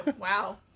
wow